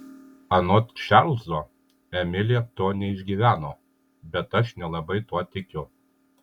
anot čarlzo emilė dėl to neišgyveno bet aš nelabai tuo tikiu